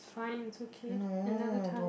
fine it's okay another time